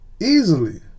Easily